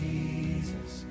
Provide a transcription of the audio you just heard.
Jesus